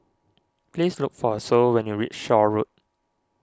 please look for Sol when you reach Shaw Road